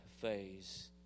phase